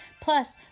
Plus